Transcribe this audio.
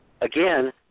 Again